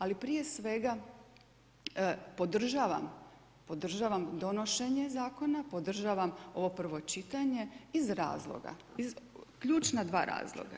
Ali prije svega podržavam donošenje zakona, podržavam ovo prvo čitanje iz razloga, iz ključna dva razloga.